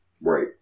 Right